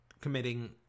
committing